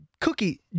Cookie